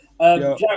Jack